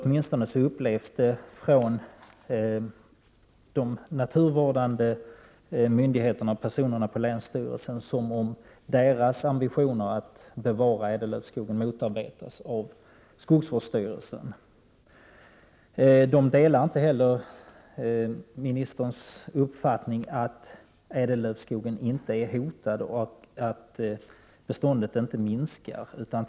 Åtminstone upplever tjänstemän vid de naturvårdande myndigheterna och på länsstyrelsen i Halmstad det hela så, att deras ambitioner beträffande bevarandet av ädellövskogen motarbetas av skogsvårdsstyrelsen. Man delar inte jordbruksministerns uppfattning, dvs. att ädellövskogen inte skulle vara hotad och att beståndet av ädellövskog inte minskar.